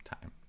time